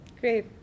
Great